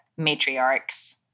matriarchs